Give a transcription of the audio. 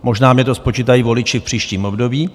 Možná mi to spočítají voliči v příštím období.